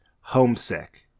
Homesick